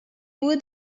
would